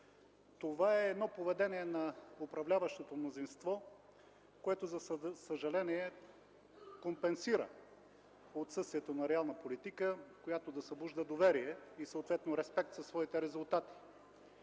Това е поведение на управляващото мнозинство, което за съжаление компенсира отсъствието на реална политика, която да събужда доверие и съответно респект със своите резултати.